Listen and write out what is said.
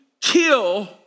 kill